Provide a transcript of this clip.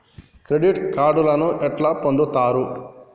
Credit కార్డులను ఎట్లా పొందుతరు?